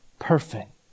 perfect